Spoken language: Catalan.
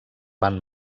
van